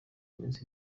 minsi